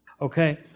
okay